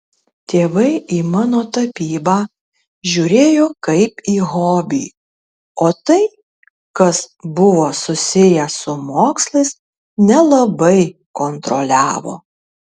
tėvai į mano tapybą žiūrėjo kaip į hobį o tai kas buvo susiję su mokslais nelabai kontroliavo